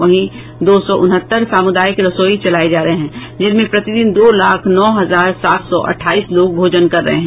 वहीं दो सौ उनहत्तर सामुदायिक रसोई चलाए जा रहे हैं जिनमें प्रतिदिन दो लाख नौ हजार सात सौ अठाईस लोग भोजन कर रहे हैं